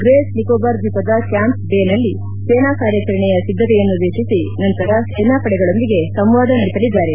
great Nicobar ದ್ಲೀಪದ camp ಬೇನಲ್ಲಿ ಸೇನಾ ಕಾರ್ಯಾಚರಣೆಯ ಸಿದ್ದತೆಯನ್ನು ವೀಕ್ವಿಸಿ ನಂತರ ಸೇನಾ ಪಡೆಗಳೊಂದಿಗೆ ಸಂವಾದ ನಡೆಸಲಿದ್ದಾರೆ